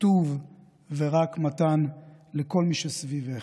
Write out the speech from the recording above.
טוב ורק מתן לכל מי שסביבך.